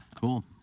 Cool